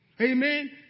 Amen